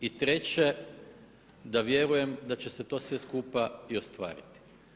I treće da vjerujem da će se to sve skupa i ostvariti.